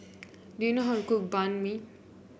do you know how to cook Banh Mi